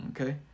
okay